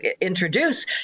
introduce